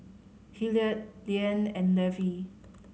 Hilliard Liane and Levy